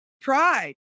Pride